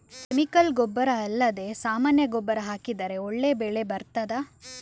Chemical ಗೊಬ್ಬರ ಅಲ್ಲದೆ ಸಾಮಾನ್ಯ ಗೊಬ್ಬರ ಹಾಕಿದರೆ ಒಳ್ಳೆ ಬೆಳೆ ಬರ್ತದಾ?